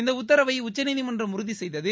இந்த உத்தரவை உச்சநீதிமன்றம் உறுதி செய்யதது